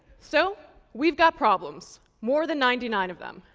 so, we've got problems. more than ninety nine of them,